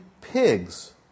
pigs